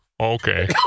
okay